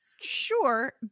Sure